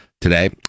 today